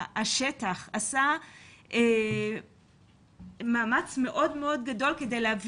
השטח של משרד עשה מאמץ מאוד מאוד גדול כדי להביא